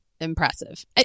impressive